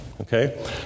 okay